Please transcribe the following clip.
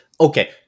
okay